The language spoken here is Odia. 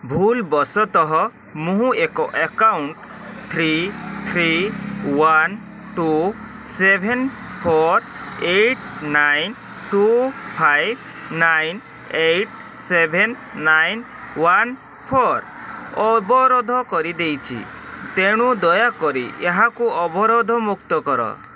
ଭୁଲ ବଶତଃ ମୁଁ ଏକ account three three one two seven four eight nine two five nine eight seven nine one four ଅବରୋଧ କରିଦେଇଛି ତେଣୁ ଦୟାକରି ଏହାକୁ ଅବରୋଧମୁକ୍ତ କର